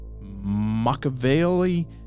Machiavelli